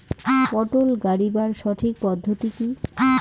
পটল গারিবার সঠিক পদ্ধতি কি?